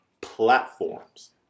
platforms